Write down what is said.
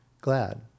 glad